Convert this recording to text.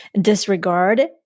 disregard